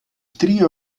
trio